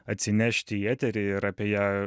atsinešti į eterį ir apie ją